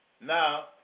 Now